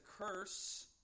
curse